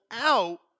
Out